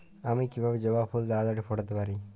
আমি কিভাবে জবা ফুল তাড়াতাড়ি ফোটাতে পারি?